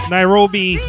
Nairobi